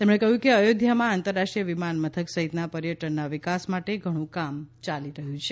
તેમણે કહ્યું કે અયોધ્યામાં આંતરરાષ્ટ્રીય વિમાનમથક સહિતના પર્યટનના વિકાસ માટે ઘણું કામ ચાલી રહ્યું છે